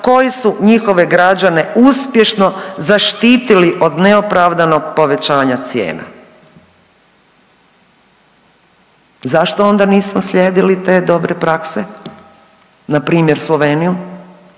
koji su njihove građane uspješno zaštitili od neopravdanog povećanja cijena. Zašto onda nismo slijedili te dobre prakse? Na primjer Sloveniju?